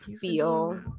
feel